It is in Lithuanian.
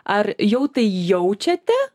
ar jau tai jaučiate